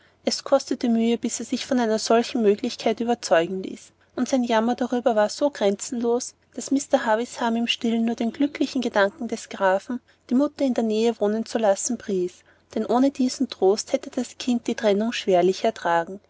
es kostete mühe bis er sich von einer solchen möglichkeit überzeugen ließ und sein jammer darüber war so grenzenlos daß mr havisham im stillen nur den glücklichen gedanken des grafen die mutter in der nähe wohnen zu lassen pries denn ohne diesen trost hätte das kind die trennung schwerlich ertragen